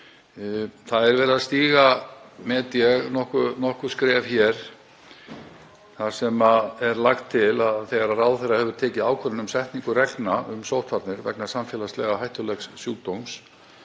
Það er verið að stíga nokkur skref hér en lagt er til að þegar ráðherra hefur tekið ákvörðun um setningu reglna um sóttvarnir vegna samfélagslega hættulegs sjúkdóms